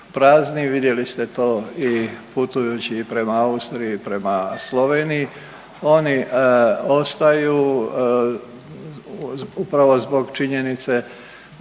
vidjeli ste to putujući i prema Austriji i prema Sloveniji. Oni ostaju upravo zbog činjenice